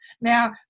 Now